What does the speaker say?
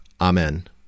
Amen